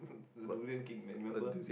the durian king man remember